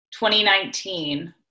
2019